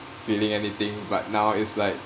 feeling anything but now it's like